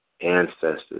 ancestors